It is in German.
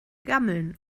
gammeln